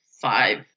five